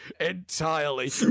entirely